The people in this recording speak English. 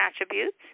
attributes